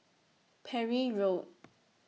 Parry Road